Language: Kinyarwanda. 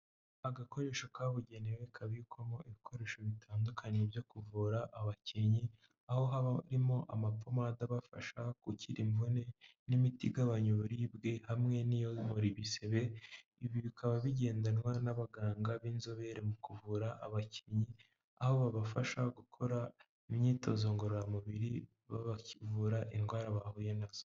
Agakoresho kabugenewe kabikwamo ibikoresho bitandukanye byo kuvura abakinnyi aho haba harimo amapomade abafasha gukira imvune n'imiti igabanya uburibwe hamwe n'iyomora ibisebe ibi bikaba bigendanwa n'abaganga b'inzobere mu kuvura abakinnyi aho babafasha gukora imyitozo ngororamubiri babavura indwara bahuye nazo.